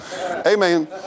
Amen